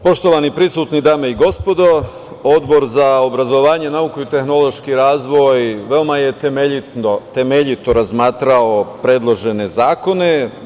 Poštovani prisutni, dame i gospodo, Odbor za obrazovanje, nauku i tehnološki razvoj veoma je temeljito razmatrao predložene zakone.